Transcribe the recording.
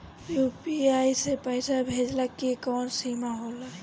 UPI से पईसा भेजल के कौनो सीमा होला?